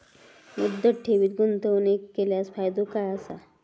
मुदत ठेवीत गुंतवणूक केल्यास फायदो काय आसा?